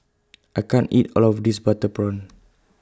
I can't eat All of This Butter Prawn